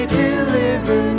deliver